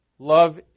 Love